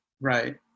Right